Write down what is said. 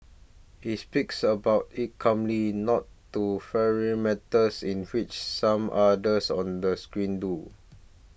he speaks about it calmly not to fiery matters in which some others on the screen do